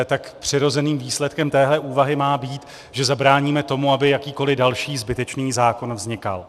Tak přirozeným výsledkem téhle úvahy má být, že zabráníme tomu, aby jakýkoli další zbytečný zákon vznikal.